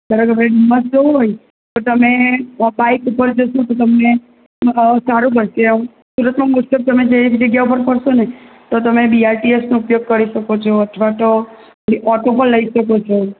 ધારોકે હવે ડુમસ જવું હોય તો તમે બાઇક ઉપર જશો તો તમને સારું પડશે સુરતમાં મોસ્ટોફ તમે જે જગ્યા ઉપર ફારશો ને તો તમે બીઆરટીએસનો ઉપયોગ કરી શકો છો અથવા તો ઓટો પણ લઈ શકો છો